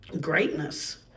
greatness